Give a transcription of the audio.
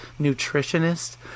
nutritionist